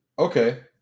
Okay